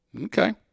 Okay